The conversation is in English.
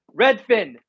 Redfin